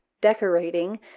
decorating